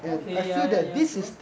okay ya ya ya true